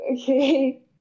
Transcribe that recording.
Okay